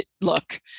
look